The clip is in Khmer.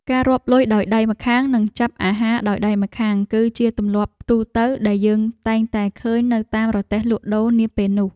ការរាប់លុយដោយដៃម្ខាងនិងចាប់អាហារដោយដៃម្ខាង គឺជាទម្លាប់ទូទៅដែលយើងតែងតែឃើញនៅតាមរទេះលក់ដូរនាពេលនោះ។